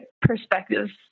perspectives